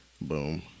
boom